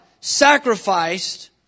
sacrificed